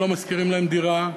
שלא משכירים להם דירה,